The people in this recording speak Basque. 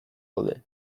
daude